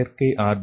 செயற்கை ஆர்